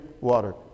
water